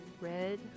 red